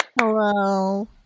Hello